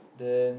then